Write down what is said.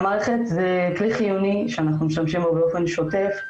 המערכת זה כלי חיוני שאנחנו משתמשים בו באופן שוטף,